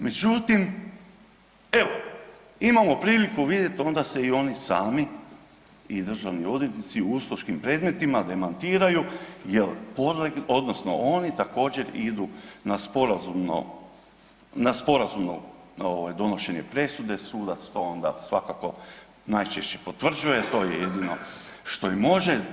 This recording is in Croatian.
Međutim, evo imamo priliku vidjeti onda se i oni sami i državni odvjetnici u uskočkim predmetima demantiraju jer oni također idu na sporazumno donošenje presude, sudac to onda svakako najčešće potvrđuje, to jedino što i može.